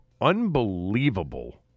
unbelievable